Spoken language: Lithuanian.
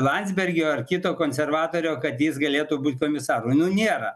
landsbergio ar kito konservatorio kad jis galėtų būt komisaru nu nėra